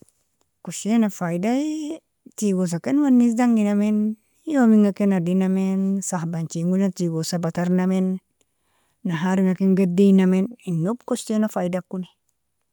Kushtina faidaie, tigosa ken wanisdanginamin youminga ken adinamin, sahabnji goodan tigosa batarnamin nahringa ken gadinmin, inog kushtina faidakoni.